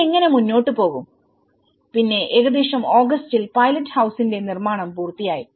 ഇത് എങ്ങനെ മുന്നോട്ട് പോകും പിന്നെ ഏകദേശം ഓഗസ്റ്റിൽ പൈലറ്റ് ഹൌസിന്റെ നിർമ്മാണം പൂർത്തിയായി